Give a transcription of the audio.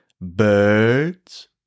birds